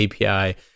API